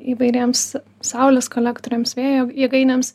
įvairiems saulės kolektoriams vėjo jėgainėms